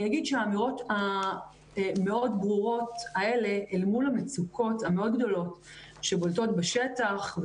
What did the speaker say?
האמירות המאוד ברורות האלה אל מול המצוקות המאוד גדולות שבולטות בשטח,